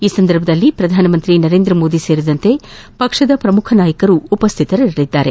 ಈ ಸಂದರ್ಭದಲ್ಲಿ ಪ್ರಧಾನಮಂತ್ರಿ ನರೇಂದ್ರಮೋದಿ ಸೇರಿದಂತೆ ಪಕ್ಷದ ಪ್ರಮುಖ ನಾಯಕರು ಉಪಸ್ಥಿತರಿರಲಿದ್ದಾರೆ